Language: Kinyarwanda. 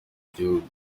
gihugu